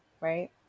right